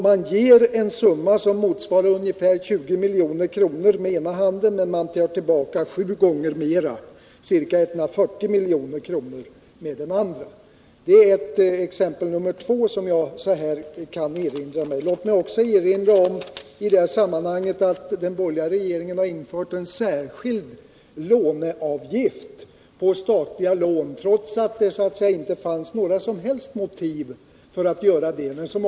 Man ger en summa som motsvarar ungefär 20 milj.kr. med ena handen, men man tar tillbaka sju gånger mera, ca 140 milj.kr., med den andra handen. Det är exempel nr 2 som jag nu kan erinra mig. Lät mig också i detta sammanhang nämna att den borgerliga regeringen har infört en särskild låncavgift på statliga lån trots att det inte fanns några som helst motiv för att göra det.